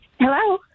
Hello